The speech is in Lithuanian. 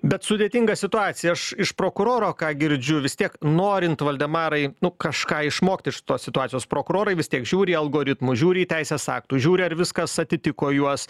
bet sudėtinga situacija aš iš prokuroro ką girdžiu vis tiek norint valdemarai nu kažką išmokt iš tos situacijos prokurorai vis tiek žiūri algoritmų žiūri į teisės aktus žiūri ar viskas atitiko juos